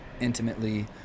intimately